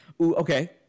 Okay